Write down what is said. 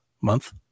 month